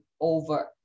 over